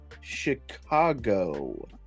Chicago